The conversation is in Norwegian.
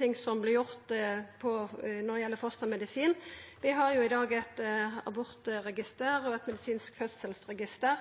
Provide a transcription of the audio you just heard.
ting som vert gjort når det gjeld fostermedisin. Vi har i dag eit abortregister og eit